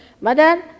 Mother